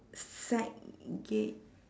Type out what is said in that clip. psychic